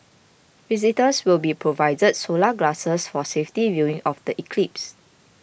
visitors will be provided solar glasses for safety viewing of the eclipse